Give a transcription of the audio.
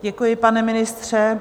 Děkuji, pane ministře.